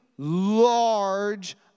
large